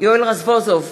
יואל רזבוזוב,